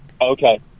Okay